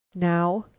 now!